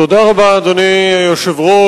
תודה רבה, אדוני היושב-ראש.